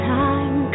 time